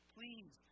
Please